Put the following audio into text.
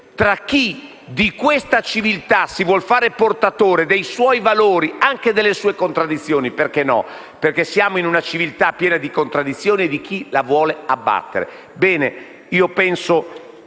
tra chi di questa civiltà si vuole fare portatore dei suoi valori ed anche delle sue contraddizioni (perché no, siamo in una civiltà piena di contraddizioni), e chi la vuole abbattere. Penso che non